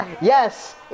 Yes